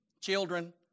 Children